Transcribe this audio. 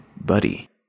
Buddy